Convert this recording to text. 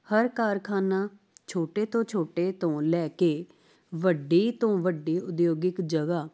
ਹਰ ਕਾਰਖ਼ਾਨਾ ਛੋਟੇ ਤੋਂ ਛੋਟੇ ਤੋਂ ਲੈ ਕੇ ਵੱਡੀ ਤੋਂ ਵੱਡੀ ਉਦਯੋਗਿਕ ਜਗ੍ਹਾ